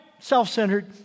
self-centered